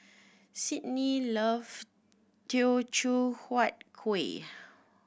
Sydni love Teochew Huat Kueh